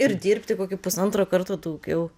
ir dirbti kokį pusantro karto daugiau